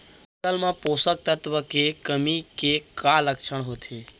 फसल मा पोसक तत्व के कमी के का लक्षण होथे?